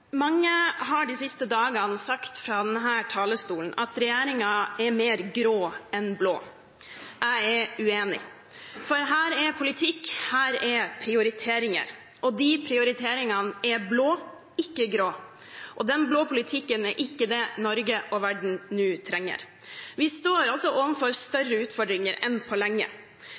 mer grå enn blå. Jeg er uenig. Dette er politikk, dette er prioriteringer, og de prioriteringene er blå, ikke grå, og den blå politikken er ikke det Norge og verden nå trenger. Vi står overfor større utfordringer enn på lenge.